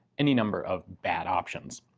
any number of bad options.